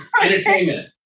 Entertainment